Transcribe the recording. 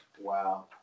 Wow